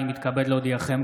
אני מתכבד להודיעכם,